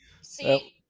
See